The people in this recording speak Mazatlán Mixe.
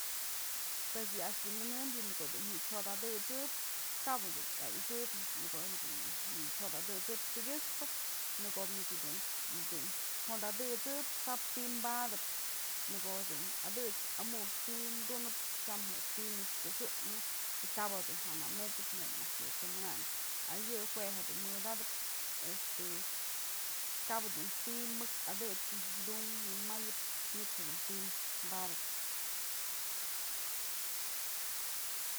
Pues yë a'ax dun nyënëmbyë në ko'o jedun wyë jyot adësëp, kap jedun ya'ixëbyë në ko'o yëdun wyë jyot adësëp, tykyëxpë në ko'o mich dun jot adësëp kap ti'i padëp, në ko'o dun adëche amukyë ti'i dunëp tyam je'e ti'i nëkxë kyëxëknë y kaba dun jana met'sëp nebya naj dun të mënanyën ayë jue jedun mëdatëp este kap jedun ti'i mëk adëchë dun wi'inmayëp manytë dun ti'i badëp.